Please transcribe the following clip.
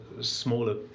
smaller